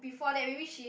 before that maybe she's